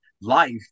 life